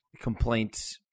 complaints